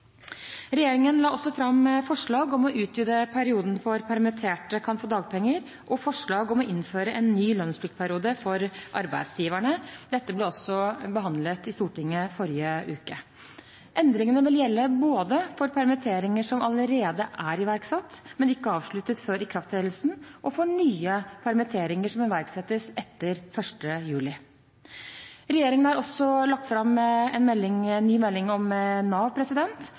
Regjeringen la også fram forslag om å utvide perioden for når permitterte kan få dagpenger, og forslag om å innføre en ny lønnspliktperiode for arbeidsgiverne. Dette ble også behandlet i Stortinget i forrige uke. Endringene vil gjelde både for permitteringer som allerede er iverksatt, men ikke avsluttet før ikrafttredelsen, og for nye permitteringer som iverksettes etter 1. juli. Regjeringen har også lagt fram en ny melding om NAV.